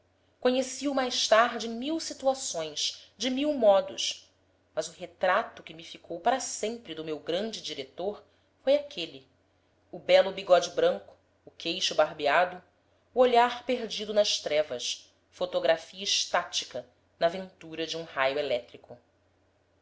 segunda conheci-o mais tarde em mil situações de mil modos mas o retrato que me ficou para sempre do meu grande diretor foi aquele o belo bigode branco o queixo barbeado o olhar perdido nas trevas fotografia estática na aventura de um raio elétrico